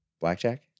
Blackjack